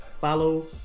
follow